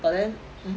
but then mm